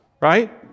right